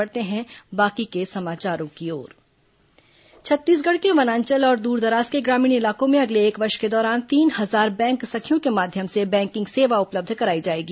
bank सखी छत्तीसगढ़ के वनांचल और दूरदराज के ग्रामीण इलाकों में अगले एक वर्ष के दौरान तीन हजार बैंक सखियों के माध्यम से बैंकिंग सेवा उपलब्ध कराई जाएगी